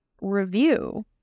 review